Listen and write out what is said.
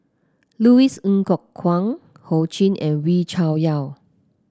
Louis Ng Kok Kwang Ho Ching and Wee Cho Yaw